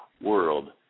world